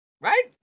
right